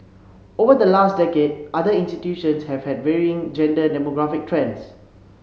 over the last decade other institutions have had varying gender demographic trends